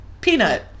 peanut